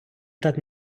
так